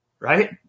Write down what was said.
Right